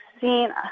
seen